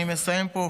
אני מסיים פה,